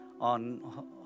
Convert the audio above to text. on